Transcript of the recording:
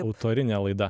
autorinė laida